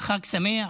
וחג שמח,